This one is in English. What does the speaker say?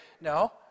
No